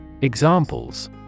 Examples